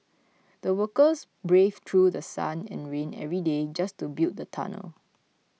the workers braved through The Sun and rain every day just to build the tunnel